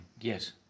Yes